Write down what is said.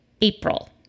April